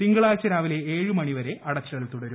തിങ്കളാഴ്ച രാവിലെ ഏഴു മണിവരെ അടച്ചിടൽ തുടരും